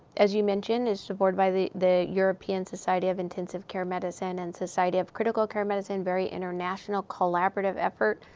as you mentioned, is supported by the the european society of intensive care medicine and society of critical care medicine very international, collaborative effort.